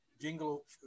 jingle